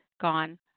gone